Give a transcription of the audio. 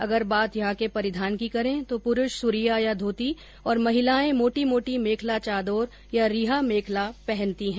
अगर बात यहां के परिधान की करें तो पुरूष सुरिया या धोती और महिलाएं मोटी मोटी मेखला चादोर या रिहा मेखला पहनती है